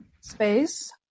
space